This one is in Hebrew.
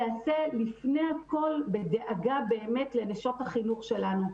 תיעשה לפני הכול בדאגה באמת לנשות החינוך שלנו.